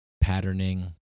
patterning